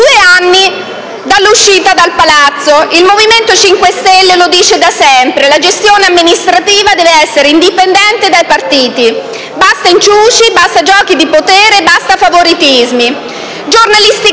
due anni dalla loro uscita dal Palazzo. Il Movimento 5 Stelle lo dice da sempre: la gestione amministrativa deve essere indipendente dai partiti. Basta inciuci, basta giochi di potere, basta favoritismi.